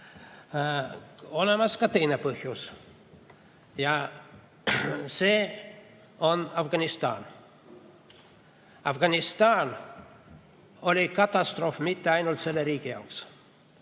Olemas on ka teine põhjus. Ja see on Afganistan. Afganistan oli katastroof mitte ainult selle riigi jaoks.